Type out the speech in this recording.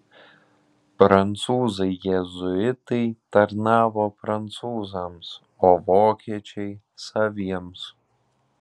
prancūzai jėzuitai tarnavo prancūzams o vokiečiai saviems